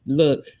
look